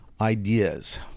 ideas